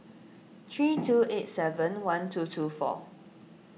three two eight seven one two two four